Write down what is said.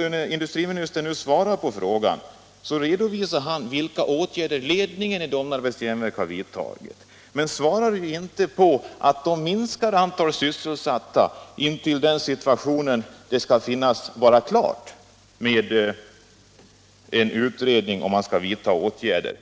När industriministern svarar på min fråga redovisar han vilka åtgärder ledningen för Domnarvets Jernverk har vidtagit, men han nämner inte att antalet sysselsatta minskas intill den tidpunkt när det skall vara klart med en utredning om eventuella åtgärder.